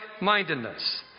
mindedness